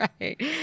Right